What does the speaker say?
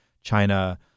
China